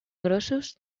grossos